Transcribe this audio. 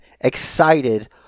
excited